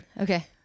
Okay